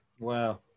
Wow